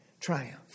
triumph